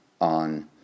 on